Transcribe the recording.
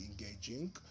engaging